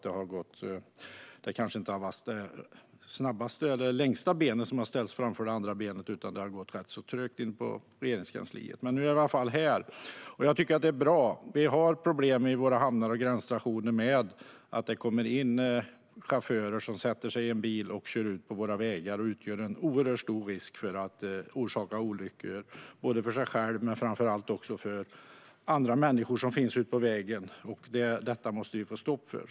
Det kanske inte har varit det längsta benet som har ställts framför det andra benet, utan det har gått rätt så trögt inne i Regeringskansliet. Men nu är vi i alla fall här med detta betänkande, och jag tycker att det är bra. Vi har i våra hamnar och gränsstationer problem med att det kommer in chaufförer som sätter sig i sina bilar, kör ut på våra vägar och utgör en oerhört stor olycksrisk, både för sig själva och framför allt för andra människor som finns ute på vägen. Detta måste vi få stopp för.